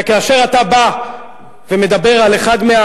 כשאתה בא ומדבר על אחד,